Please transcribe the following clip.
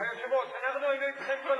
תקשיב, היושב-ראש, אנחנו היינו אתכם כל הזמן.